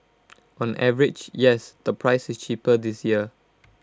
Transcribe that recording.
on average yes the price is cheaper this year